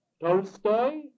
Tolstoy